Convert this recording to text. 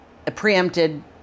preempted